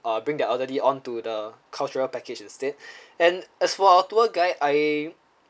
uh bring their elderly onto the cultural package instead and as for our tour guide I